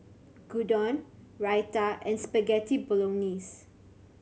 Gyudon Raita and Spaghetti Bolognese